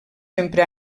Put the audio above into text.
sempre